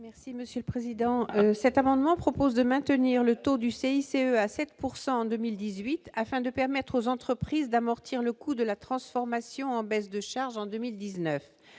Merci monsieur le président, cet amendement propose de maintenir le taux du CICE à 7 pourcent en 2018 afin de permettre aux entreprises d'amortir le coût de la transformation, en baisse de charges en 2019,